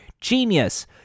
Genius